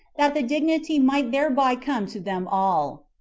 that the dignity might thereby come to them all.